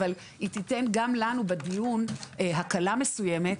אבל היא תיתן גם לנו בדיון הקלה מסוימת.